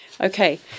Okay